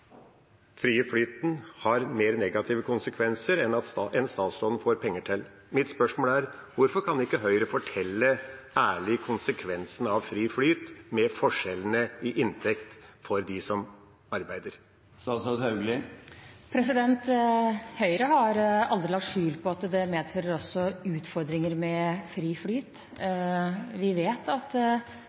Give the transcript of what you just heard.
frie flyten har flere negative konsekvenser enn statsråden får penger til. Mitt spørsmål er: Hvorfor kan ikke Høyre fortelle ærlig om konsekvensen av fri flyt med forskjellene i inntekt for dem som arbeider? Høyre har aldri lagt skjul på at fri flyt også medfører utfordringer. Vi vet at